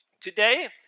today